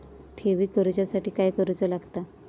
ठेवी करूच्या साठी काय करूचा लागता?